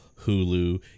Hulu